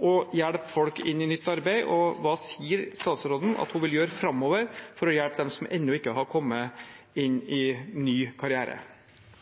å hjelpe folk inn i nytt arbeid. Hva vil statsråden gjøre framover for å hjelpe dem som ennå ikke har kommet inn i ny karriere?